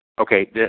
Okay